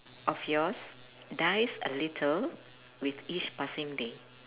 of yours dies a little with each passing day